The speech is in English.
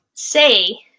say